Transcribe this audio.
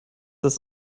das